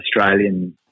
Australian